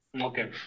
Okay